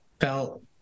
felt